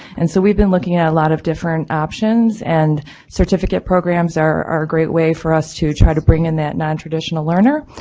and so we've been looking at a lot of different options and certificate programs are a great way for us to try to bring in that nontraditional learner.